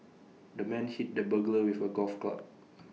the man hit the burglar with A golf club